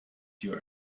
your